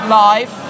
live